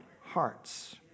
hearts